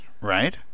right